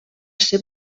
ser